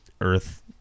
earth